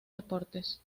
deportes